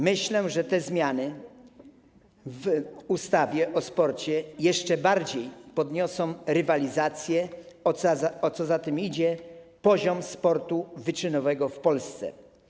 Myślę, że te zmiany w ustawie o sporcie jeszcze bardziej podniosą rywalizację, a co za tym idzie, poziom sportu wyczynowego w Polsce.